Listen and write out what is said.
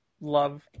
love